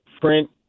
print